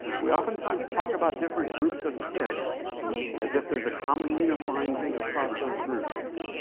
we oftentimes talk about different groups of kids as if there's a common, unifying thing across those groups.